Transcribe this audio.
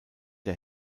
der